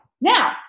Now